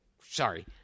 sorry